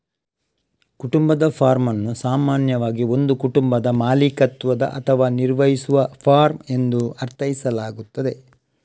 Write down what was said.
ಕುಟುಂಬದ ಫಾರ್ಮ್ ಅನ್ನು ಸಾಮಾನ್ಯವಾಗಿ ಒಂದು ಕುಟುಂಬದ ಮಾಲೀಕತ್ವದ ಅಥವಾ ನಿರ್ವಹಿಸುವ ಫಾರ್ಮ್ ಎಂದು ಅರ್ಥೈಸಲಾಗುತ್ತದೆ